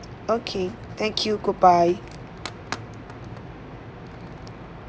okay thank you goodbye